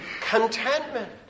contentment